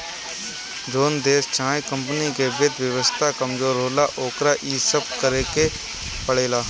जोन देश चाहे कमपनी के वित्त व्यवस्था कमजोर होला, ओकरा इ सब करेके पड़ेला